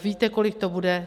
Víte, kolik to bude?